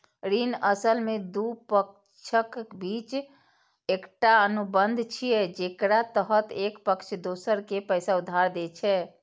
ऋण असल मे दू पक्षक बीच एकटा अनुबंध छियै, जेकरा तहत एक पक्ष दोसर कें पैसा उधार दै छै